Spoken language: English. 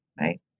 right